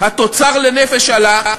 התוצר לנפש עלה,